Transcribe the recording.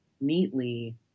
neatly